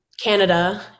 Canada